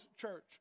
church